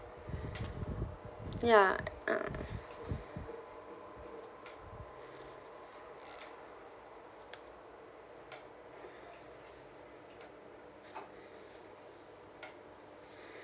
ya ah